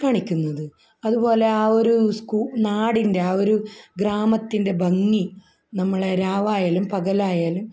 കാണിക്കുന്നത് അതുപോലെ ആ ഒരു സ്കൂൾ നാടിൻ്റെ ആ ഒരു ഗ്രാമത്തിൻ്റെ ഭംഗി നമ്മളെ രാവായാലും പകലായാലും